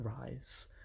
rise